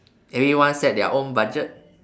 everyone set their own budget